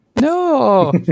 No